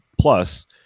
plus